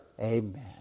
Amen